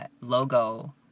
Logo